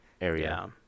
area